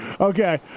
okay